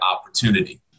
opportunity